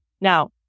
Now